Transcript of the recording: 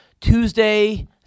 Tuesday